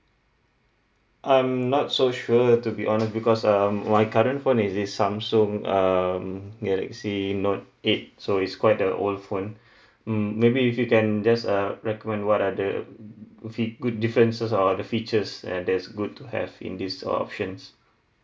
I'm not so sure to be honest because um my current phone is the Samsung um galaxy note eight so it's quite a old phone mm maybe if you can just uh recommend what are the feed good differences or the features eh that's good to have in these options